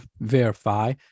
verify